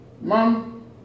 Mom